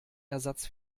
ersatz